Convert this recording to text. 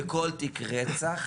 וכל תיק רצח,